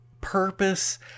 purpose